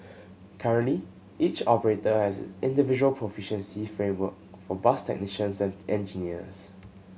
currently each operator has individual proficiency framework for bus technicians and engineers